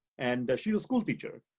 and she's a schoolteacher.